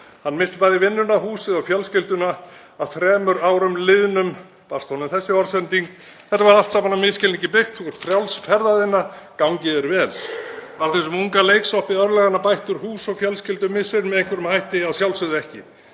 Hann missti bæði vinnuna, húsið og fjölskylduna. Að þremur árum liðnum barst honum þessi orðsending: Þetta var allt saman á misskilningi byggt. Þú ert frjáls ferða þinna. Gangi þér vel. Var þessum unga leiksoppi örlaganna bættur hús- og fjölskyldumissir með einhverjum hætti? Að sjálfsögðu ekki